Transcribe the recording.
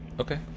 Okay